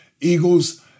Eagles